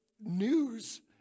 news